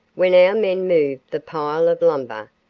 when our men moved the pile of lumber,